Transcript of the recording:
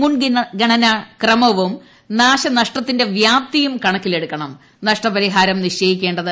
മുൻഗണനാക്രമവും നാശനഷ്ടത്തിന്റെ വ്യാപ്തിയും കണക്കിലെടുത്താവണം നഷ്ടപരിഹാരം നിശ്ചയിക്കേണ്ടത്